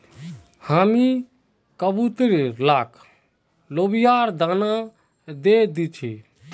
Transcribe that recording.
हामी कबूतर लाक लोबियार दाना दे दी छि